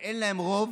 שאין להם רוב.